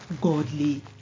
godly